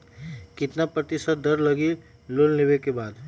कितना प्रतिशत दर लगी लोन लेबे के बाद?